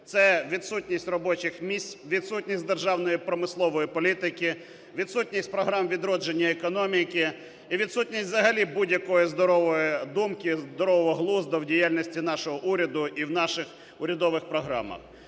це відсутність робочих місць, відсутність державної промислової політики, відсутність програм відродження економіки і відсутність взагалі будь-якої здорової думки, здорового глузду в діяльності нашого уряду і в наших урядових програмах.